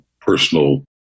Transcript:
personal